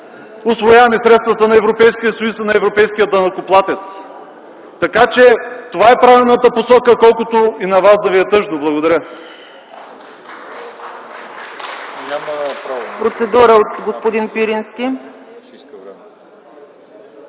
усвояваме средствата на Европейския съюз и на европейския данъкоплатец. Така че това е правилната посока, колкото и на вас да ви е тъжно. Благодаря.